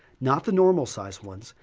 not the normal size ones,